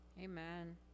Amen